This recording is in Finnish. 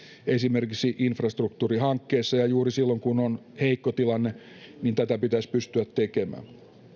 esimerkiksi infrastruktuurihankkeissa ja juuri silloin kun on heikko tilanne tätä pitäisi pystyä tekemään